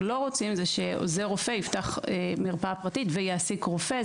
לא רוצים זה שעוזר רופא יפתח מרפאה פרטית ויעסיק רופא.